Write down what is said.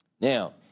Now